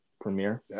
premiere